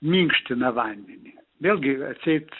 minkština vandenį vėlgi atseit